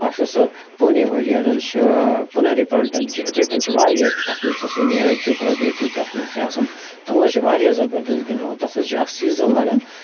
اَکھ چھُ سُہ پونیوٲل یاد حظ چھِ پُنیری پَلٹَن چھِ یِتھٕے پٲٹھۍ چھِ واریاہ تَتھ منٛز تہِ سُہ نیٖرَج چوپرا بیترِ تَتھ منٛز تہِ آسان تِم حظ چھِ واریاہ زَبردست گِنٛدان تَتھ حظ چھُ اَکھ سیٖزَن لَگَان